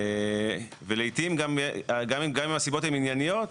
ולעיתים גם אם הסיבות הן ענייניות,